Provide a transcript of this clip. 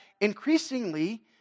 increasingly